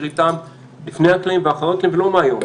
איתם לפני הקלעים ואחר הקלעים ולא מהיום.